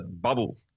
bubble